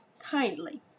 kindly